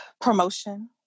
Promotion